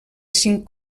cinc